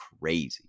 crazy